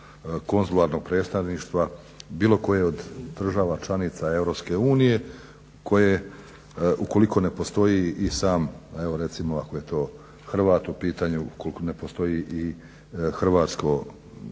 konzularnog predstavništva bilo koje od država članica EU koje ukoliko ne postoji i sam recimo ako je to Hrvat u pitanju ukoliko ne postoji hrvatsko